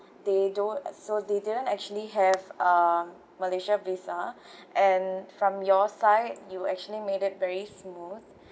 they don~ so they didn't actually have uh malaysia visa and from your side you actually made it very smooth